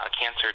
cancer